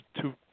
two